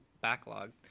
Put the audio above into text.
backlog